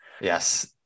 yes